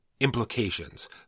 implications